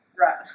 right